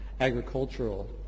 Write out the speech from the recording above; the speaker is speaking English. agricultural